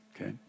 okay